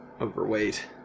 Overweight